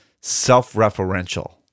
self-referential